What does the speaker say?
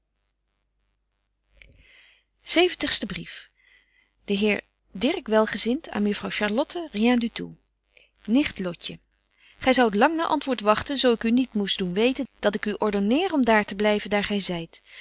heer dirk welgezint aan mejuffrouw charlotte rien du tout nicht lotje gy zoudt lang naar antwoord wagten zo ik u niet moest doen weten dat ik u ordonneer om daar te blyven daar gy zyt